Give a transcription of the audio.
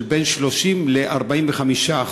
של בין 30% ל-45%.